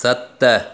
सत